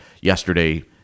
yesterday